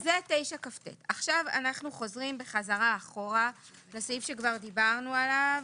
זה סעיף 9כט. עכשיו אנחנו חוזרים בחזרה לסעיף שכבר דיברנו עליו,